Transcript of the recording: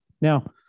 Now